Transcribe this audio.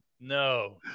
No